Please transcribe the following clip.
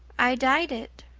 i dyed it.